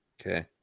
Okay